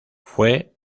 fue